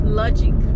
logic